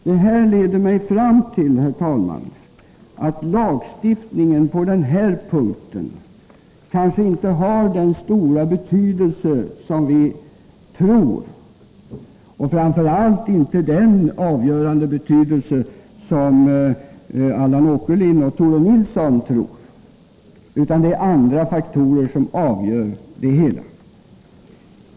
Detta leder mig fram till att lagstiftningen på den här punkten kanske inte har den stora betydelse som vi tror och framför allt inte den avgörande betydelse som Allan Åkerlind och Tore Nilsson tror. I stället är det andra faktorer som avgör det hela.